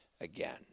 again